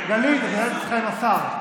מנהלת שיחה עם השר.